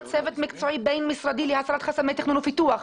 צוות מקצועי בין-משרדי להסרת חסמי תכנון ופיתוח.